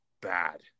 bad